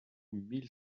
mille